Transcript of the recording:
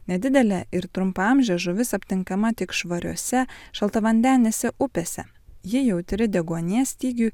nedidelė ir trumpaamžė žuvis aptinkama tik švariose šaltavandenėse upėse ji jautri deguonies stygiui